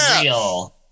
real